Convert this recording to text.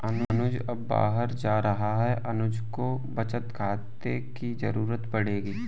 अनुज अब बाहर जा रहा है अनुज को बचत खाते की जरूरत पड़ेगी